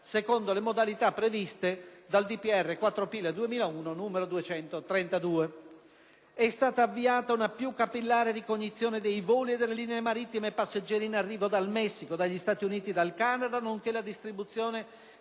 Presidente della Repubblica 4 aprile 2001, n. 232. È stata avviata una più capillare ricognizione dei voli e delle linee marittime passeggeri in arrivo dal Messico, dagli Stati Uniti e dal Canada, nonché la distribuzione